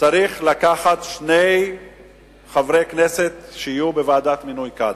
צריכים שני חברי כנסת להיות בוועדת המינויים לקאדים.